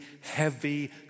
heavy